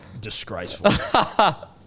Disgraceful